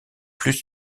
plus